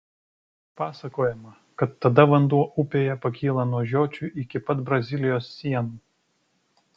pasakojama kad tada vanduo upėje pakyla nuo žiočių iki pat brazilijos sienų